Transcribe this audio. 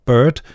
Bird